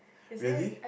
really